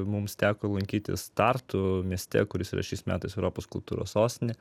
mums teko lankytis tartu mieste kuris yra šiais metais europos kultūros sostinė